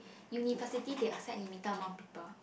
university they accept limited amount of people